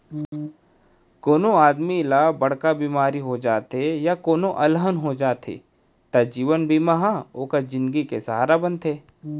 कोनों आदमी ल बड़का बेमारी हो जाथे या कोनों अलहन हो जाथे त जीवन बीमा ह ओकर जिनगी के सहारा बनथे